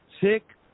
sick